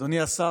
אדוני השר,